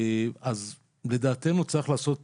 אז לדעתנו צריך לעשות פה,